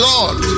Lord